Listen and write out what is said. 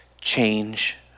Change